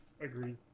agree